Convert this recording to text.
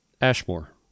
Ashmore